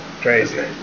Crazy